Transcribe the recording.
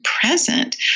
present